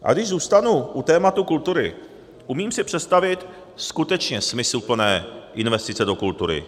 A když zůstanu u tématu kultury, umím si představit skutečně smysluplné investice do kultury.